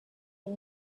این